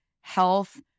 health